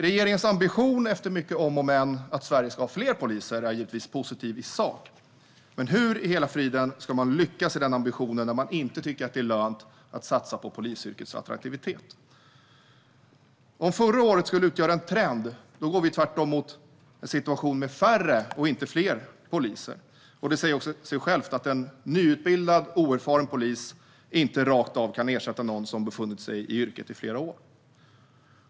Regeringens ambition - efter mycket om och men - att Sverige ska ha fler poliser är givetvis något positivt i sak. Men hur i hela friden ska man lyckas med den ambitionen när man inte tycker det är lönt att satsa på polisyrkets attraktivitet? Om förra året skulle utgöra en trend går vi tvärtom mot en situation med färre, inte fler, poliser. Det säger sig självt att en nyutbildad oerfaren polis inte rakt av kan ersätta någon som har befunnit sig i yrket i flera år.